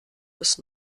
des